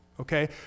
okay